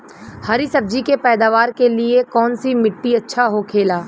हरी सब्जी के पैदावार के लिए कौन सी मिट्टी अच्छा होखेला?